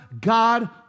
God